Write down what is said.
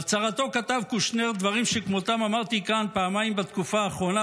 בהצהרתו כתב קושנר דברים שכמותם אמרתי כאן פעמיים בתקופה האחרונה,